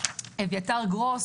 אביתר גרוס